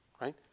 Right